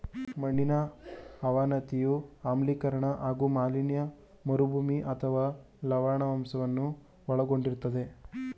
ಮಣ್ಣಿನ ಅವನತಿಯು ಆಮ್ಲೀಕರಣ ಹಾಗೂ ಮಾಲಿನ್ಯ ಮರುಭೂಮಿ ಅಥವಾ ಲವಣಾಂಶವನ್ನು ಒಳಗೊಂಡಿರ್ತದೆ